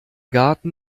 garten